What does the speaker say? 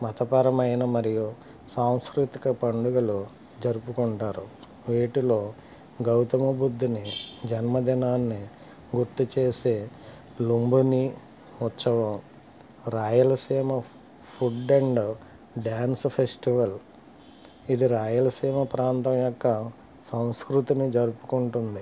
మతపరమైన మరియు సాంస్కృతిక పండుగలు జరుపుకుంటారు వీటిలో గౌతమి బుద్ధుని జన్మ దినాన్ని గుర్తు చేసే లుంబిని ఉత్సవం Rayalaseema food and dance festival ఇది రాయలసీమ ప్రాంతం యొక్క సంస్కృతిని జరుపుకుంటుంది